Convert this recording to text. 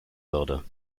würde